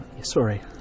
sorry